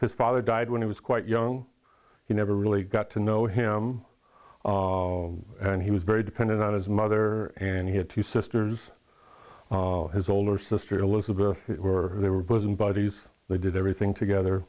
his father died when he was quite young you never really got to know him and he was very dependent on his mother and he had two sisters his older sister elizabeth were they were bosom buddies they did everything together